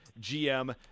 GM